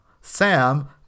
Sam